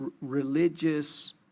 religious